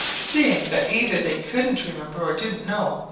seeing that either they couldn't remember or didn't know,